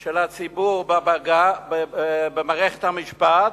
של הציבור במערכת המשפט,